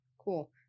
cool